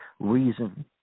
reason